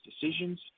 decisions